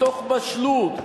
מתוך בשלות,